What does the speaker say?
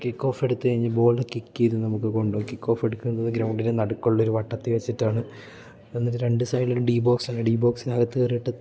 kick off എടുത്ത് കഴിഞ്ഞ് ball kick ചെയ്ത് നമുക്ക് കൊണ്ടോ കിക്ക് ഓഫ് എടുക്കുന്നത് ഗ്രൗണ്ടിന് നടുക്കുള്ള ഒരു വട്ടത്തിൽ വെച്ചിട്ടാണ് എന്നിട്ട് രണ്ട് സൈഡിൽ ഡി ബോക്സാ ഡി ബോക്സിനകത്ത് കയറിയിട്ട്